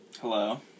hello